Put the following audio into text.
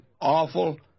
awful